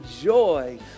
joy